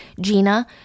gina